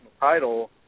title